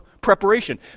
preparation